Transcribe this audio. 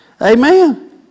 Amen